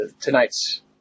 tonight's